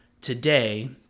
today